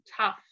tough